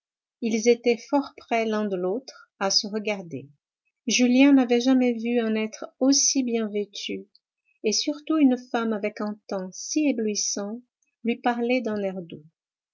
ils étaient fort près l'un de l'autre à se regarder julien n'avait jamais vu un être aussi bien vêtu et surtout une femme avec un teint si éblouissant lui parler d'un air doux